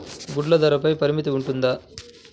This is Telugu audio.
గుడ్లు ధరల పై పరిమితి ఉంటుందా?